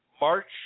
March